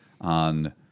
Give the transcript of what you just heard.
on